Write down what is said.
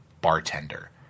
bartender